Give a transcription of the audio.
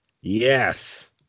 Yes